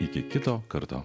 iki kito karto